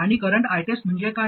आणि current ITEST म्हणजे काय